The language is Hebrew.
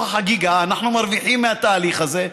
החגיגה, אנחנו מרוויחים מהתהליך הזה.